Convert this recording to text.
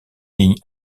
ligne